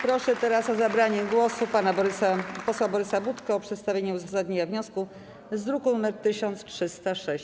Proszę teraz o zabranie głosu pana posła Borysa Budkę, o przedstawienie uzasadnienia wniosku z druku nr 1306.